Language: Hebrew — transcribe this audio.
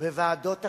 בוועדות הכנסת,